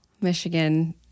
Michigan